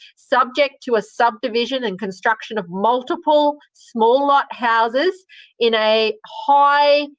subject to a subdivision and construction of multiple smaller houses in a high